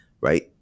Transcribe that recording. right